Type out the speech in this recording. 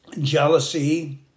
Jealousy